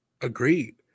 Agreed